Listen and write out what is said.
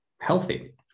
healthy